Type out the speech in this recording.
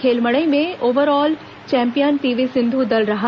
खेल मड़ई में ओव्हरऑल चैंपियन पीवी सिंधु दल रहा